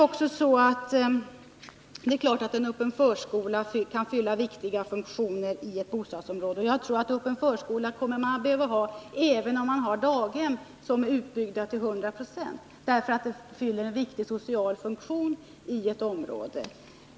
Det är klart att en öppen förskola kan fylla viktiga funktioner i ett bostadsområde, och jag tror att man kommer att behöva öppen förskola även om man har daghem som är utbyggda till 100 96, därför att förskolorna fyller en viktig social funktion.